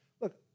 Look